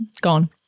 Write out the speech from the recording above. Gone